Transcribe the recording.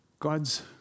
God's